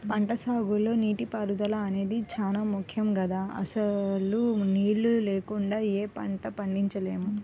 పంటసాగులో నీటిపారుదల అనేది చానా ముక్కెం గదా, అసలు నీళ్ళు లేకుండా యే పంటా పండించలేము